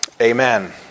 amen